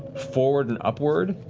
forward and upward,